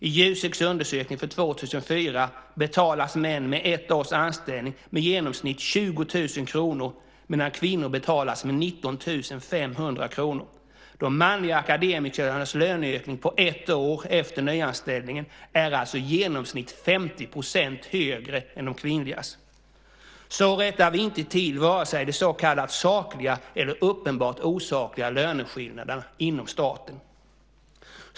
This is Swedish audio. I Juseks undersökning för 2004 ser man att män med ett års anställning i genomsnitt betalas med 20 000 kr medan kvinnor betalas med 19 500 kr. De manliga akademikernas löneökning på ett år efter nyanställningen är alltså i genomsnitt 50 % högre än de kvinnligas. Så rättar vi inte till vare sig de så kallat sakliga eller de uppenbart osakliga löneskillnaderna inom staten.